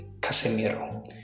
Casemiro